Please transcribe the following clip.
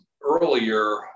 earlier